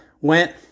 went